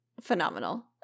phenomenal